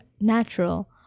natural